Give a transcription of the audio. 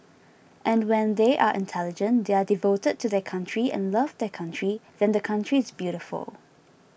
and when they are intelligent they are devoted to their country and love their country then the country is beautiful